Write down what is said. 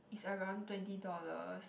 is around twenty dollars